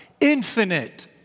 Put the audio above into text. Infinite